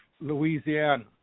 Louisiana